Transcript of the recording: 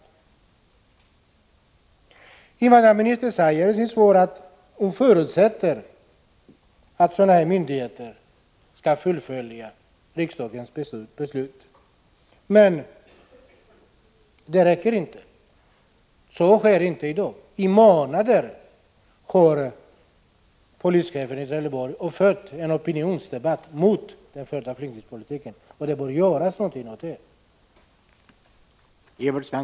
Invandrarministern säger i sitt svar att hon förutsätter att sådana här myndigheter skall fullfölja riksdagens beslut, men det räcker inte. Så sker ju inte i dag. I månader har polischefen i Trelleborg fört en opinionsbildningsdebatt mot den förda flyktingpolitiken, och det bör göras någonting åt detta.